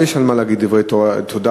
ויש על מה להגיד דברי תודה,